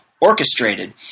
Orchestrated